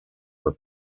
were